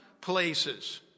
places